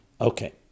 Okay